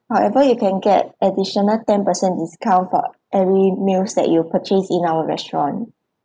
however you can get additional ten percent discount for every meals that you purchase in our restaurant